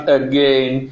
again